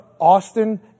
Austin